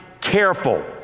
careful